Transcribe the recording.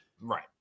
Right